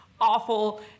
awful